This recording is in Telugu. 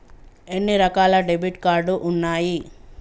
ఎన్ని రకాల డెబిట్ కార్డు ఉన్నాయి?